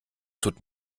tut